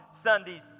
sunday's